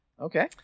Okay